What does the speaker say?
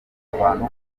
abantu